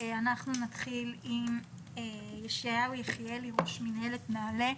נתחיל עם ישעיהו יחיאלי, ראש מנהלת נעל"ה.